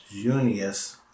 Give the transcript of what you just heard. Junius